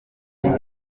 ihene